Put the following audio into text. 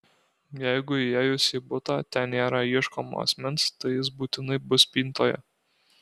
jeigu įėjus į butą ten nėra ieškomo asmens tai jis būtinai bus spintoje